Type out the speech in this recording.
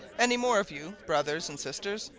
any more of you brothers and sisters?